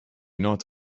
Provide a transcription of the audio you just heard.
not